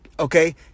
okay